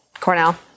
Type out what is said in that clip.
Cornell